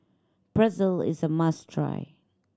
pretzel is a must try